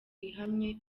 ihamye